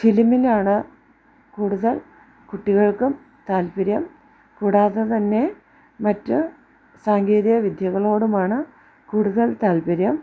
ഫിലിമിനാണ് കൂടുതൽ കുട്ടികൾക്കും താൽപര്യം കൂടാതെ തന്നെ മറ്റു സാങ്കേതിക വിദ്യകളോടുമാണ് കൂടുതൽ താൽപര്യം